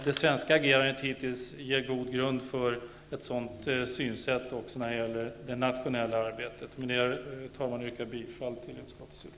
Det svenska agerandet hittills ger god grund för ett sådant synsätt även när det gäller det nationella arbetet. Herr talman! Jag yrkar bifall till utskottets hemställan.